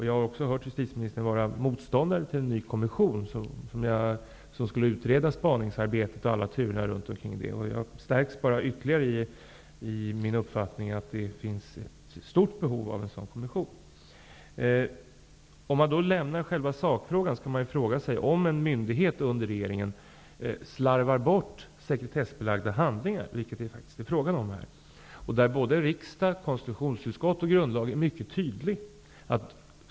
Jag har även hört att justitieministern är motståndare till en ny kommission som skulle utreda spaningsarbetet och alla turerna runt det. Jag stärks ytterligare i min uppfattning att det finns ett stort behov av en sådan kommission. Låt oss lämna själva sakfrågan. Det rör sig om en myndighet under regeringen som slarvar bort sekretessbelagda handlingar, vilket det faktiskt är fråga om här. Där är riksdag, konstitutionsutskott och grundlag mycket tydliga.